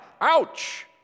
Ouch